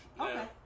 okay